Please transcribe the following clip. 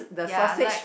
ya like